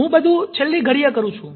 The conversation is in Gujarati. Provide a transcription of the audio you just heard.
હું બધું છેલ્લી ઘડીએ કરું છું